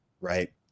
Right